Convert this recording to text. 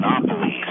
monopolies